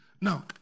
Now